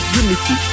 unity